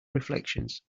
reflections